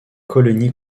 colonie